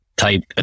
type